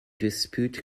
dispute